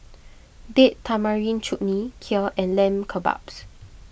Date Tamarind Chutney Kheer and Lamb Kebabs